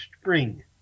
Spring